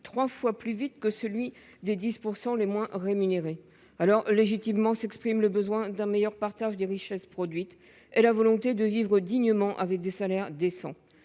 trois fois plus vite que celui des 10 % les moins rémunérés. Légitimement, s'exprime le besoin d'un meilleur partage des richesses produites et la volonté de vivre dignement avec des salaires décents.